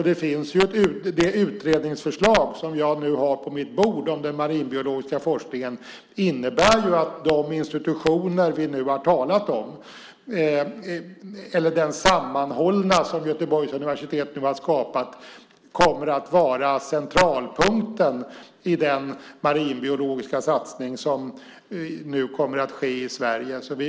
Det utredningsförslag om den marinbiologiska forskningen som jag har på mitt bord innebär ju att de institutioner vi nu har talat om, eller den sammanhållna institution som Göteborgs universitet nu har skapat, kommer att vara centralpunkten i den marinbiologiska satsning som kommer att ske i Sverige.